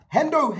Hendo